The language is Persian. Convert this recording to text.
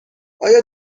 آیا